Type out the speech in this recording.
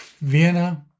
Vienna